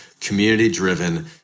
community-driven